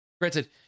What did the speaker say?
Granted